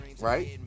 right